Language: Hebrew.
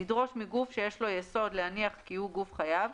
לדרוש מגוף שיש לו יסוד להניח כי הוא גוף חייב,